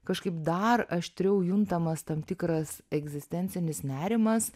kažkaip dar aštriau juntamas tam tikras egzistencinis nerimas